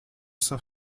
saint